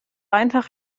einfach